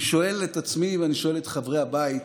אני שואל את עצמי ואני שואל את חברי הבית: